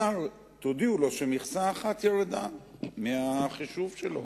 ותודיעו לשר שמכסה אחת ירדה מהחישוב שלו.